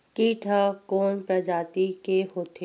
कीट ह कोन प्रजाति के होथे?